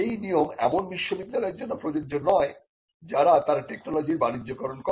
সেই নিয়ম এমন বিশ্ববিদ্যালয়ের জন্য প্রযোজ্য নয় যারা তার টেকনোলজির বাণিজ্যিকরণ করে